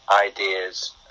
ideas